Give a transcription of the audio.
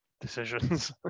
decisions